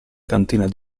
cantina